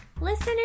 Listener